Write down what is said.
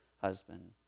husband